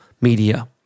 media